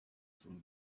from